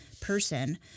person